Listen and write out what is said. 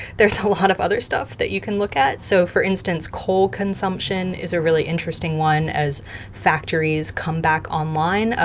there's a whole lot of other stuff that you can look at. so, for instance, coal consumption is a really interesting one. as factories come back online, ah